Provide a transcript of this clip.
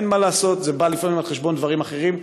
אין מה לעשות, זה בא לפעמים על חשבון דברים אחרים.